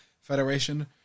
Federation